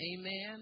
Amen